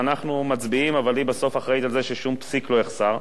אנחנו מצביעים אבל בסוף היא אחראית ששום פסיק לא יחסר.